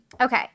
okay